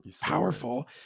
powerful